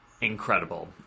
incredible